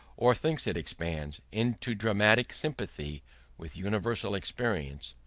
or thinks it expands, into dramatic sympathy with universal experience,